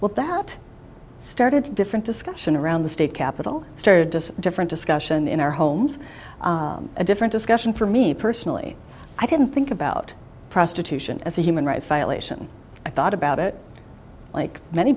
with that started different discussion around the state capital started different discussion in our homes a different discussion for me personally i didn't think about prostitution as a human rights violation i thought about it like many